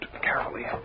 carefully